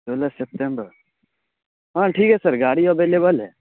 سولہ سپتمبر ہاں ٹھیک ہے سر گاڑی اویلیبل ہے